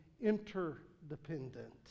interdependent